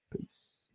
Peace